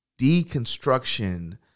deconstruction